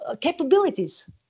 capabilities